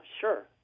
sure